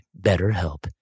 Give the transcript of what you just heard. BetterHelp